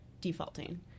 defaulting